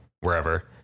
wherever